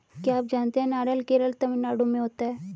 क्या आप जानते है नारियल केरल, तमिलनाडू में होता है?